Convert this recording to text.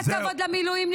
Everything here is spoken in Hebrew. קצת כבוד למילואימניקיות.